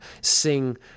sing